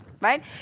right